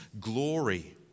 glory